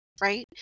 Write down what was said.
right